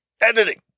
Editing